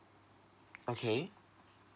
okay